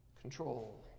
control